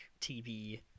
TV